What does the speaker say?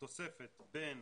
התוספת בין